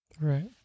Right